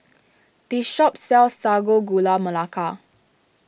this shop sells Sago Gula Melaka